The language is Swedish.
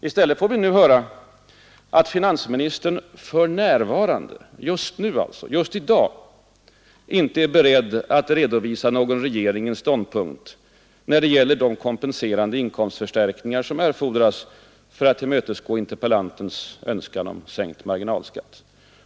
I stället får vi nu höra, att finansministern ”för närvarande” — alltså just nu, just i dag — ”inte är beredd att redovisa någon regeringens ståndpunkt när det gäller de kompenserande inkomstförstärkningar som erfordras för att tillmötesgå interpellanternas önskan om sänkt marginalskatt”.